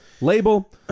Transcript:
Label